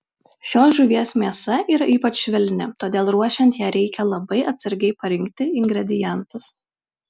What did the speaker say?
šios žuvies mėsa yra ypač švelni todėl ruošiant ją reikia labai atsargiai parinkti ingredientus